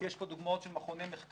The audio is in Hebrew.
יש פה דוגמאות של מכוני מחקר,